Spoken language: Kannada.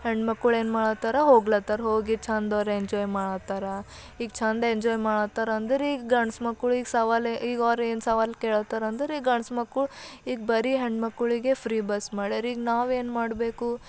ಹೆಣ್ಣು ಮಕ್ಳು ಏನು ಮಾಡಾತ್ತಾರ ಹೋಗ್ಲತ್ತಾರ ಹೋಗಿ ಚೆಂದ ಅವ್ರು ಎಂಜಾಯ್ ಮಾಡಾತ್ತಾರ ಈಗ ಚೆಂದ ಎಂಜಾಯ್ ಮಾಡಾತ್ತಾರ ಅಂದರೆ ಈಗ ಗಂಡ್ಸು ಮಕ್ಕಳು ಈಗ ಸವಾಲ್ ಈಗ ಅವ್ರು ಏನು ಸವಾಲ್ ಕೇಳಾತ್ತಾರಂದ್ರೆ ಈಗ ಗಂಡ್ಸು ಮಕ್ಕಳು ಈಗ ಬರಿ ಹೆಣ್ಣು ಮಕ್ಕಳಿಗೆ ಫ್ರೀ ಬಸ್ ಮಾಡ್ಯಾರ ಈಗ ನಾವು ಏನು ಮಾಡಬೇಕು